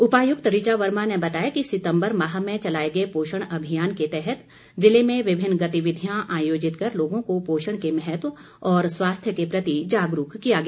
उपायुक्त ऋचा वर्मा ने बताया कि सितंबर माह में चलाए गए पोषण अभियान के तहत ज़िले में विभिन्न गतिविधियां आयोजित कर लोगों को पोषण के महत्व और स्वास्थ्य के प्रति जागरूक किया गया